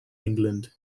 england